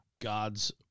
God's